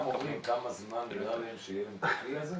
הם גם אומרים כמה זמן נראה להם שיהיה להם את הכלי הזה?